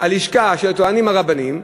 הלשכה של הטוענים הרבניים,